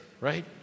right